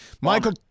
Michael